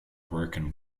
broken